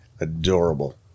Adorable